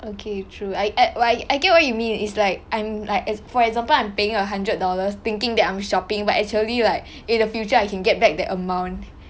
okay true I eh I get what you mean it's like I'm like as for example I'm paying a hundred dollars thinking that I'm shopping but actually like in the future I can get back that amount